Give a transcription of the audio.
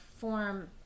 form